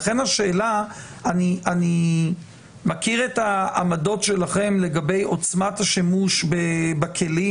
אני מכיר את העמדות שלכם לגבי עוצמת השימוש בכלים